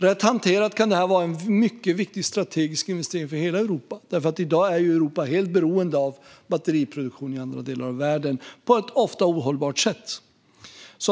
Rätt hanterat kan det här vara en mycket viktig strategisk investering för hela Europa, för i dag är ju Europa helt beroende av batteriproduktion i andra delar av världen som ofta sker på ett ohållbart sätt.